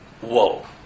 Whoa